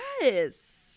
yes